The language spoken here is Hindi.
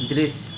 दृश्य